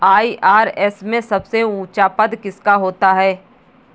IRS में सबसे ऊंचा पद किसका होता है?